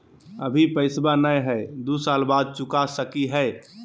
अभि पैसबा नय हय, दू साल बाद चुका सकी हय?